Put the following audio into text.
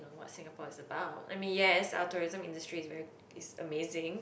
on what Singapore is about I mean yes our tourism industry is very it's amazing